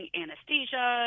anesthesia